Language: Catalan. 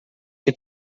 que